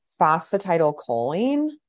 Phosphatidylcholine